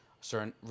Certain